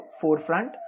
forefront